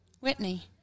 Whitney